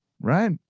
right